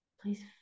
Please